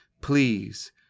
please